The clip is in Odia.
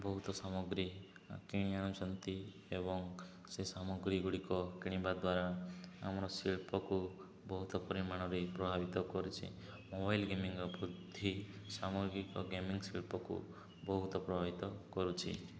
ବହୁତ ସାମଗ୍ରୀ କିଣି ଆଣୁଛନ୍ତି ଏବଂ ସେ ସାମଗ୍ରୀ ଗୁଡ଼ିକ କିଣିବା ଦ୍ୱାରା ଆମର ଶିଳ୍ପକୁ ବହୁତ ପରିମାଣରେ ପ୍ରଭାବିତ କରୁଛି ମୋବାଇଲ ଗେମିଙ୍ଗର ବୃଦ୍ଧି ସାମଗିକ ଗେମିଙ୍ଗ ଶିଳ୍ପକୁ ବହୁତ ପ୍ରଭାବିତ କରୁଛି